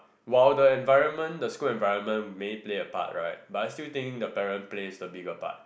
while the environment the school environment may play a part right but I still think the parents plays a bigger part